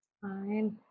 Fine